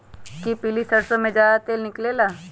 कि पीली सरसों से ज्यादा तेल निकले ला?